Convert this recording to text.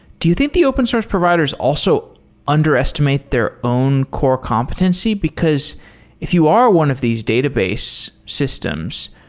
do you think the open source providers also underestimate their own core competency? because if you are one of these database systems,